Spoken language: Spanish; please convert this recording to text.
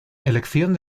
elección